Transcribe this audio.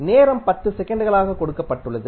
நேரம் 10 செகண்ட்களாக கொடுக்கப்பட்டுள்ளது